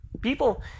people